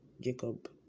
jacob